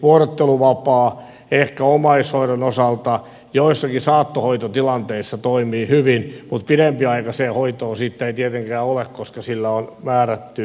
vuorotteluvapaa ehkä omaishoidon osalta joissakin saattohoitotilanteissa toimii hyvin mutta pidempiaikaiseen hoitoon siitä ei tietenkään ole koska sillä on määrätty kesto